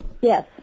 Yes